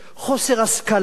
חוסר השכלה,